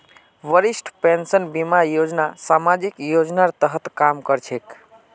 वरिष्ठ पेंशन बीमा योजना सामाजिक योजनार तहत काम कर छेक